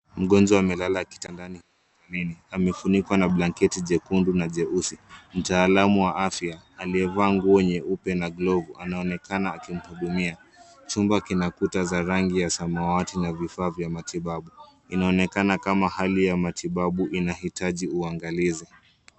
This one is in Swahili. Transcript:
Mgonjwa amelala kitandani hospitalini. Amefunikwa na blanketi jekundu na jeusi. Mtaalam wa afya aliyevaa nguo nyeupe na glovu anaonekana akimhudumia. Chumba kina kuta za rangi ya samawati na vifaa vya matibabu. Inaonekana kama hali ya matibabu inahitaji uangalizi.